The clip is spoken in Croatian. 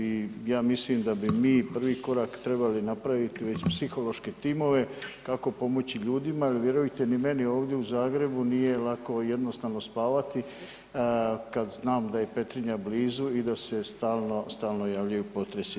I ja mislim da bi mi prvi korak trebali napraviti već psihološke timove kako pomoći ljudima, jer vjerujete mi ni meni ovdje u Zagrebu nije lako jednostavno spavati kada znam da je Petrinja blizu i da se stalno javljaju potresi.